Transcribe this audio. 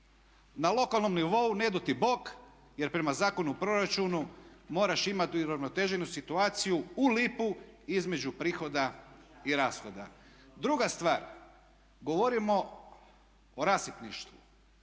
Na lokalnom nivou ne dao ti Bog, jer prema Zakonu o proračunu moraš imati uravnoteženu situaciju u lipu između prihoda i rashoda. Druga stvar, govorimo o rasipništvu,